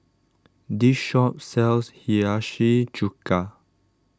this shop sells Hiyashi Chuka